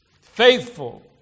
faithful